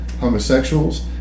homosexuals